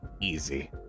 Easy